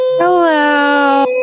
hello